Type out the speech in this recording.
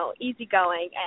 easygoing